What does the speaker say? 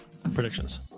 predictions